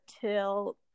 till